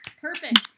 Perfect